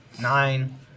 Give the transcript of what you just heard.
nine